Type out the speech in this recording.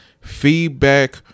feedback